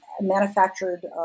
manufactured